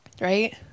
Right